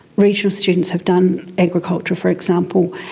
regional students have done agriculture, for example.